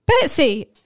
Betsy